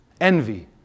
envy